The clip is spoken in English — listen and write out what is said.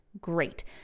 great